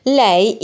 lei